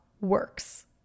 works